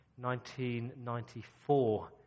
1994